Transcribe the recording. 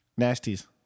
Nasties